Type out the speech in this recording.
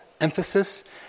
emphasis